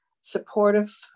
supportive